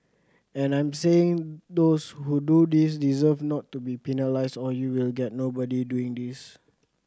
and I am saying those who do this deserve not to be penalised or you will get nobody doing this